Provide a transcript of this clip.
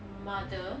mother